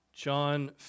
John